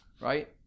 right